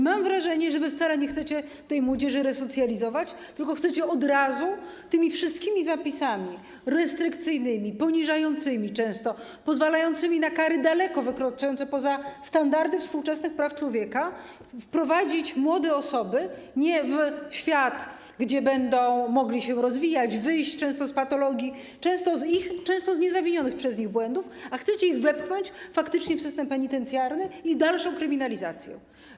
Mam wrażenie, że wy wcale nie chcecie młodzieży resocjalizować, tylko chcecie od razu tymi wszystkimi zapisami restrykcyjnymi, często poniżającymi, pozwalającymi na kary daleko wykraczające poza standardy współczesnych praw człowieka wprowadzić młode osoby nie w świat, w którym będą mogły się rozwijać, wyjść z patologii, często z niezawinionych przez nie błędów, a chcecie je wepchnąć faktycznie w system penitencjarny i w dalszą kryminalizację.